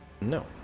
No